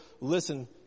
listen